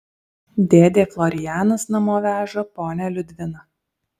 dėdė florianas namo veža ponią liudviną